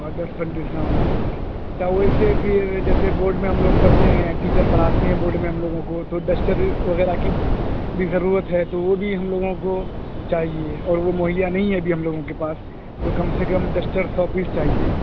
دس percent discount کیا ویسے پھر جیسے بورڈ میں ہم لوگ پڑھتے ہیں ٹیچر پڑھاتے ہیں بورڈ میں ہم لوگوں کو تو ڈسٹر وغیرہ کی بھی ضرورت ہے تو وہ بھی ہم لوگوں کو چاہیے اور وہ مہیا نہیں ہے ابھی ہم لوگوں کے پاس تو کم سے کم ڈسٹر سو پیس چاہیے